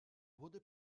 wurde